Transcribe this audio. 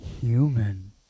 human